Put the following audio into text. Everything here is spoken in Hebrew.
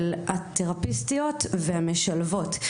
של התרפיסטיות והמשלבות.